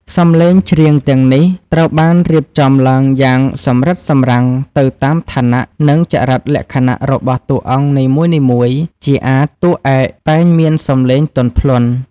សំឡេងច្រៀងទាំងនេះត្រូវបានរៀបចំឡើងយ៉ាងសម្រិតសម្រាំងទៅតាមឋានៈ និងចរិតលក្ខណៈរបស់តួអង្គនីមួយៗ ជាអាទិ៍តួឯកតែងមានសំឡេងទន់ភ្លន់។